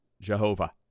Jehovah